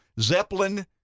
Zeppelin